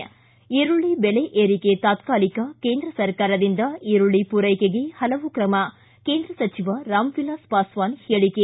ಿ ಈರುಳ್ಳ ಬೆಲೆ ಏರಿಕೆ ತಾತ್ಕಾಲಿಕ ಕೇಂದ್ರ ಸರ್ಕಾರದಿಂದ ಈರುಳ್ಳ ಪೂರೈಕೆಗೆ ಹಲವು ಕ್ರಮ ಕೇಂದ್ರ ಸಚಿವ ರಾಮ್ವಿಲಾಸ್ ಪಾಸ್ವಾನ್ ಹೇಳಿಕೆ